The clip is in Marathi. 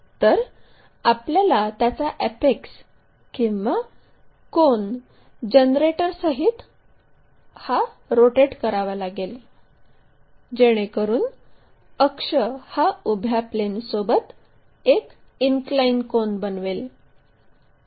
तर आपल्याला त्याचा अॅपेक्स किंवा कोन जनरेटरसहीत हा रोटेट करावा लागेल जेणेकरून अक्ष हा उभ्या प्लेनसोबत एक इनक्लाइन कोन बनवेल